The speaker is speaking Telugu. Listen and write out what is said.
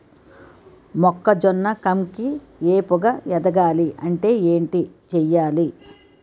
మొక్కజొన్న కంకి ఏపుగ ఎదగాలి అంటే ఏంటి చేయాలి?